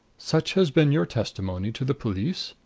such has been your testimony to the police?